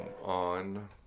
On